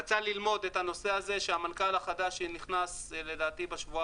רצה ללמוד את הנושא הזה שהמנכ"ל החדש שייכנס בשבוע